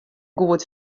goed